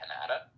Canada